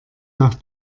nach